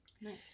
Nice